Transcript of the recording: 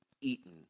eaten